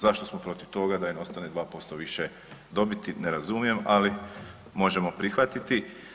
Zašto smo protiv toga da im ostane 2% više dobiti, ne razumije, ali možemo prihvatiti.